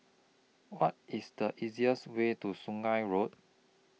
What IS The easiest Way to Sungei Road